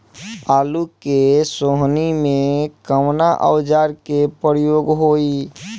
आलू के सोहनी में कवना औजार के प्रयोग होई?